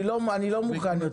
אני לא מוכן יותר.